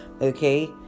okay